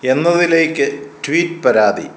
എന്നതിലേക്കു tweet പരാതി